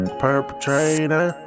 perpetrator